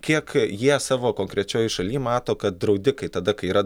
kiek jie savo konkrečioj šaly mato kad draudikai tada kai yra